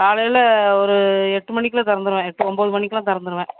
காலையில் ஒரு எட்டு மணிக்கெலாம் திறந்துருவேன் எட்டு ஒன்போது மணிக்கெலாம் திறந்துருவேன்